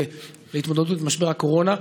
להתמודדות עם משבר הקורונה,